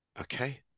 Okay